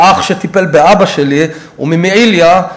האח שטיפל באבא שלי הוא ממעיליא.